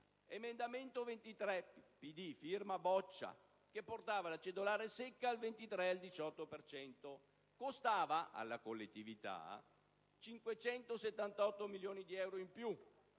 L'emendamento 23 (a firma Boccia) portava la cedolare secca al 23 e al 18 per cento: costava alla collettività 578 milioni di euro in più.